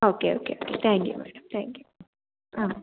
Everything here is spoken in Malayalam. okay okay thank you madam thank you ആ